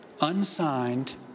unsigned